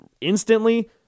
instantly